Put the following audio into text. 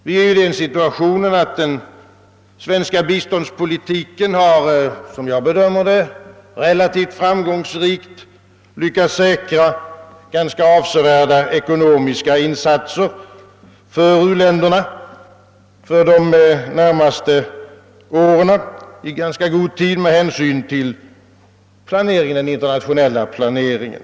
Vi är i den situationen att den svenska biståndspolitiken, som jag bedömer det, relativt framgångsrikt lyckats säkra ganska avsevärda ekonomiska insatser för u-länderna för de närmaste åren i ganska god tid med hänsyn till den internationella planeringen.